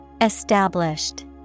Established